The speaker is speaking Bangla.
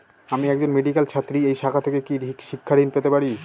আমি একজন মেডিক্যাল ছাত্রী এই শাখা থেকে কি শিক্ষাঋণ পেতে পারি?